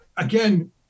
Again